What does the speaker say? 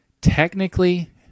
technically